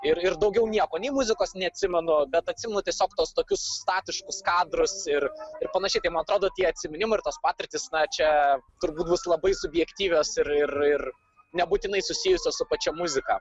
ir ir daugiau nieko nei muzikos neatsimenu bet atsimenu tiesiog tuos tokius statiškus kadrus ir ir panašiai tai man atrodo tie atsiminimai ir tos patirtys na čia turbūt bus labai subjektyvios ir ir ir nebūtinai susijusios su pačia muzika